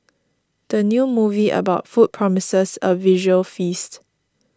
the new movie about food promises a visual feast